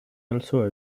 also